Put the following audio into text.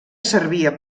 servia